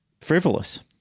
frivolous